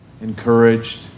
Encouraged